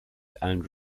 and